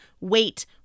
wait